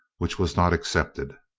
which was not accepted.